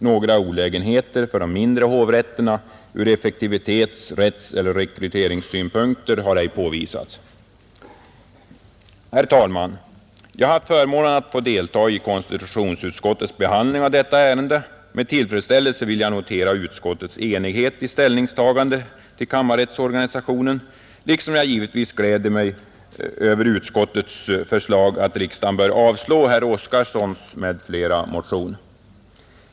Några olägenheter för de mindre hovrätterna ur effektivitets-, rättseller rekryteringssynpunkter har ej påvisats. Herr talman! Jag har haft förmånen att få delta i konstitutionsutskottets behandling av detta ärende. Med tillfredsställelse vill jag notera utskottets enighet i ställningstagandet till kammarrättsorganisationen, liksom jag givetvis gläder mig över utskottets hemställan att riksdagen skall avslå herr Oskarsons m.fl. motion.